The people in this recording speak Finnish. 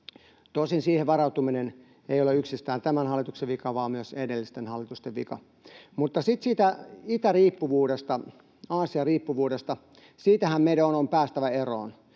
Tosin siihen varautuminen ei ole yksistään tämän hallituksen vika vaan myös edellisten hallitusten vika. Sitten siitä itäriippuvuudesta, Aasia-riippuvuudesta: Siitähän meidän on päästävä eroon.